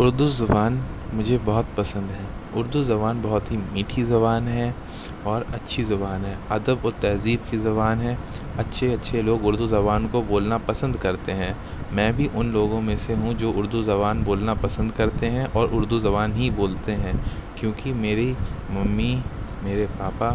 اردو زبان مجھے بہت پسند ہے اردو زبان بہت ہی میٹھی زبان ہے اور اچھی زبان ہے ادب و تہذیب کی زبان ہے اچھے اچھے لوگ اردو زبان کو بولنا پسند کرتے ہیں میں بھی ان لوگوں میں سے ہوں جو اردو زبان بولنا پسند کرتے ہیں اور اردو زبان ہی بولتے ہیں کیوں کہ میری ممی میرے پاپا